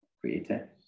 creator